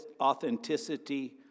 authenticity